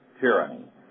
tyranny